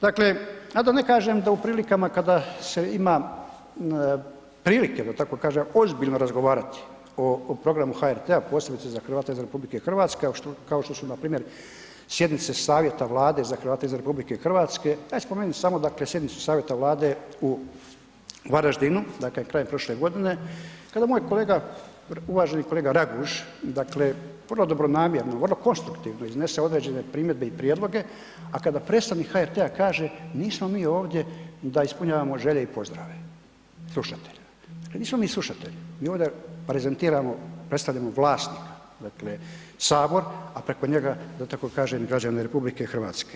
Dakle, a da ne kažem da u prilikama kada se ima prilike da tako kažem ozbiljno razgovarati o, o programu HRT-a, posebice za Hrvate izvan RH, kao što su npr. sjednice savjeta Vlade za Hrvate izvan RH, a i spomenut ću samo, dakle sjednicu savjeta Vlade u Varaždinu, dakle krajem prošle godine kada moj kolega, uvaženi kolega Raguž, dakle puno dobronamjerno, vrlo konstruktivno iznese određene primjedbe i prijedloge, a kada predstavnik HRT-a kaže nismo mi ovdje da ispunjavamo želje i pozdrave slušatelja, pa nismo mi slušatelji, mi ovdje prezentiramo, predstavljamo vlasnika, dakle sabor, a preko njega da tako kažem građane RH.